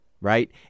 right